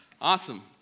Awesome